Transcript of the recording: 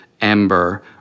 Ember